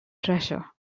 treasure